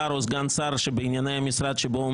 שר או סגן שר שבענייני המשרד שבו הוא